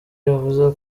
yavuze